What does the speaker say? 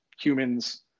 humans